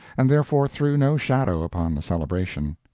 and therefore threw no shadow upon the celebration.